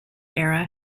era